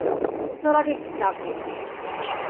ᱩᱥᱟᱹᱨᱟ ᱜᱮ ᱪᱟᱥ ᱦᱩᱭᱩᱜ ᱠᱟᱱᱟ